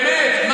באמת,